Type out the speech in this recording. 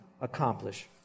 accomplish